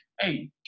Hey